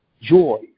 joy